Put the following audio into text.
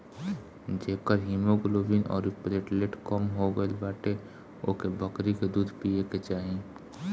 जेकर हिमोग्लोबिन अउरी प्लेटलेट कम हो गईल बाटे ओके बकरी के दूध पिए के चाही